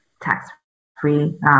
tax-free